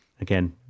Again